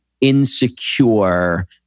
insecure